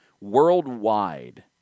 worldwide